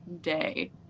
day